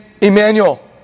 Emmanuel